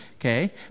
okay